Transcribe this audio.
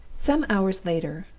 some hours later,